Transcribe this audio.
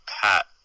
Pat